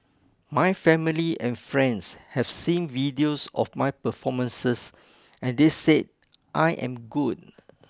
my family and friends have seen videos of my performances and they said I am good